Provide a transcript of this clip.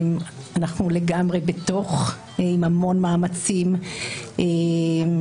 אנחנו לגמרי בתוך עם המון מאמצים לשפר,